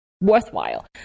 worthwhile